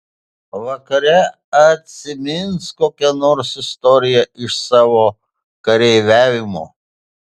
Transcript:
vakare atsimins kokią nors istoriją iš savo kareiviavimo